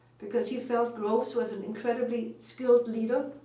because he felt groves was an incredibly skilled leader.